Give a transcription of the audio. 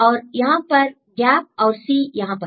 और यहां पर क्या और C यहां पर